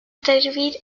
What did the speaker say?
servir